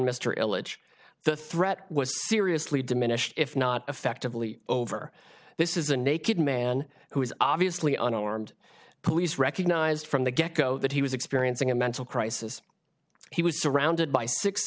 religion the threat was seriously diminished if not effectively over this is a naked man who was obviously an armed police recognized from the get go that he was experiencing a mental crisis he was surrounded by six